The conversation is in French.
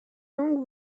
langue